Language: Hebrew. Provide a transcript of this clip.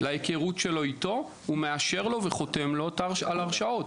להיכרות שלו איתו הוא מאשר לו וחותם לו על הרשאות.